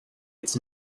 its